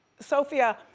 sophia,